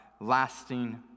lasting